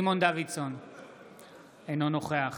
אינו נוכח